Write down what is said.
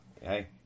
Hey